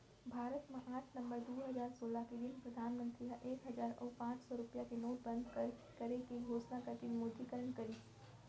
भारत म आठ नवंबर दू हजार सोलह के दिन परधानमंतरी ह एक हजार अउ पांच सौ रुपया के नोट बंद करे के घोसना करके विमुद्रीकरन करिस